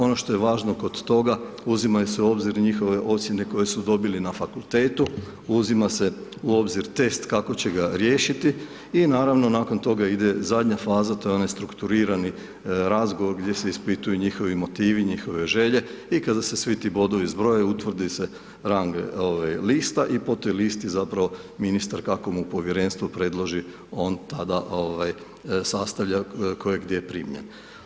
Ono što je važno kod toga, uzimaju se i u obzir i njihove ocjene koje su dobili na fakultetu, uzimaju se u obzir test kako će ga riješiti i naravno, nakon toga ide zadnja faza, to je onaj strukturirani razgovor gdje se ispituju njihovi motivi, njihove želje i kada se svi ti bodovi zbroje, utvrdi se rang lista i po toj listi zapravo, ministar kako mu povjerenstvo predloži, on tada sastavlja tko je gdje primljen.